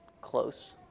close